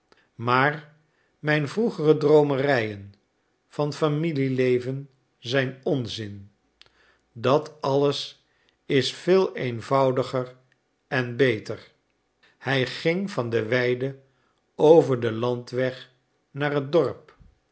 maar mijn vroegere droomerijen van familieleven zijn onzin dat alles is veel eenvoudiger en beter hij ging van de weide over den landweg naar het dorp